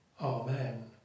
Amen